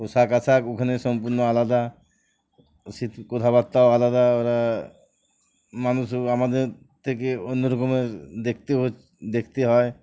পোশাক আশাক ওখানে সম্পূর্ণ আলাদা শীত কথাবার্তাও আলাদা ওরা মানুষও আমাদের থেকে অন্য রকমের দেখতে হচ দেখতে হয়